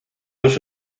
los